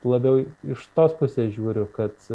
labiau iš tos pusės žiūriu kad